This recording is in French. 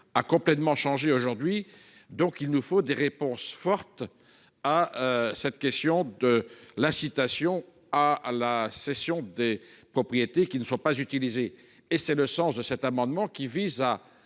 a complètement changé aujourd’hui. Il nous faut des réponses fortes à la question de l’incitation à la cession des propriétés qui ne sont pas utilisées. C’est le sens de cet amendement, qui vise à